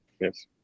yes